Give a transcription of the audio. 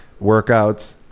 workouts